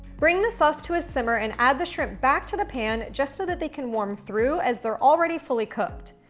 bring the sauce to a simmer and add the shrimp back to the pan, just so that they can warm through as they're already fully cooked.